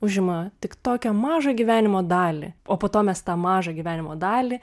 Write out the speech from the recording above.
užima tik tokią mažą gyvenimo dalį o po to mes tą mažą gyvenimo dalį